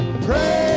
Pray